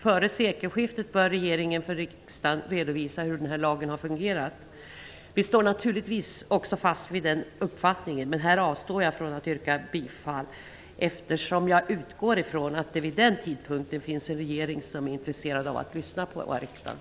Före sekelskiftet bör regeringen för riksdagen redovisa hur lagen har fungerat. Vi står naturligtvis fast vid denna uppfattning, men här avstår jag från att yrka bifall till reservationen eftersom jag utgår ifrån att det vid sekelskiftet finns en regering som är intresserad av att lyssna på riksdagen.